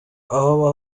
aho